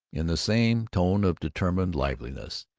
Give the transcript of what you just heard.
in the same tone of determined liveliness.